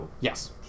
Yes